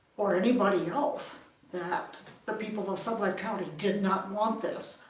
or anybody else that the people of sublette county did not want this,